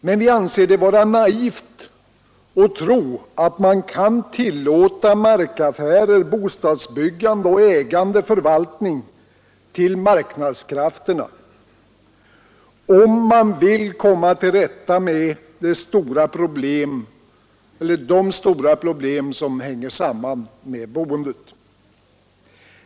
Men vi anser det vara naivt att tro att man kan tillåta markaffärer, bostadsbyggande och ägande/förvaltning vara beroende av marknadskrafterna, om man vill komma till rätta med de stora problem som hänger samman med boendet.